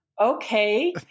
okay